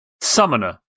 Summoner